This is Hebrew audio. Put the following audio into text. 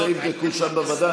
את זה יבדקו שם בוועדה.